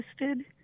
listed